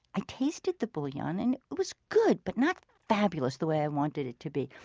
i tasted the bouillon and it was good, but not fabulous the way i wanted it to be.